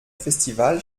festival